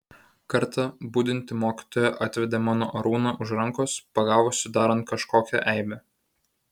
kartą budinti mokytoja atvedė mano arūną už rankos pagavusi darant kažkokią eibę